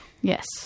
Yes